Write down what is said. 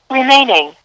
remaining